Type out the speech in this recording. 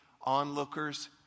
onlookers